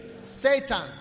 Satan